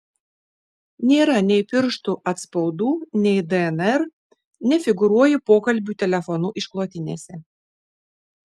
nėra nei pirštų atspaudų nei dnr nefigūruoju pokalbių telefonu išklotinėse